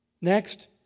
Next